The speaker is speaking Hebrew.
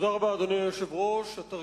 אדוני היושב-ראש, תודה רבה.